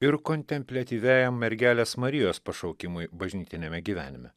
ir kontempliatyviajam mergelės marijos pašaukimui bažnytiniame gyvenime